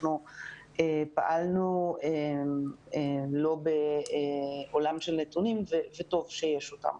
אנחנו פעלנו לא בעולם של נתונים וטוב שיש אותם.